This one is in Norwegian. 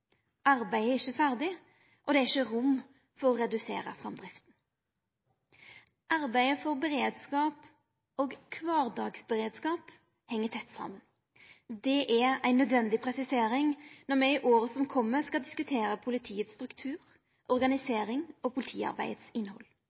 Arbeidet er ikkje ferdig, og det er ikkje rom for å redusera framdrifta. Arbeidet for beredskap og kvardagsberedskap hengjer tett saman. Det er ei nødvendig presisering når me i året som kjem skal diskutera politiet sin struktur og organisering, og politiarbeidet sitt innhald.